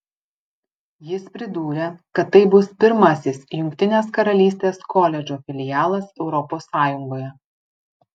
jis pridūrė kad tai bus pirmasis jungtinės karalystės koledžo filialas europos sąjungoje